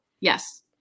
Yes